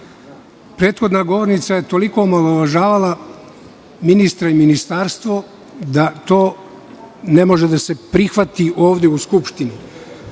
Prethodna govornica je toliko omalovažavala ministra i ministarstvo da to ne može da se prihvati ovde u Skupštini.